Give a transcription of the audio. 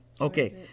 Okay